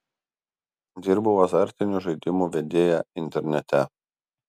dirbau azartinių žaidimų vedėja internete